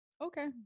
Okay